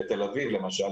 בתל אביב למשל,